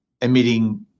emitting